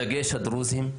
בדגש על הדרוזים,